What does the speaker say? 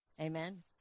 Amen